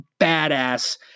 badass